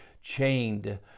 chained